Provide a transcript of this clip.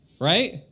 right